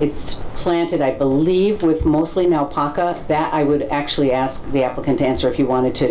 it's planted i believe with mostly now pockets that i would actually ask the applicant to answer if you wanted to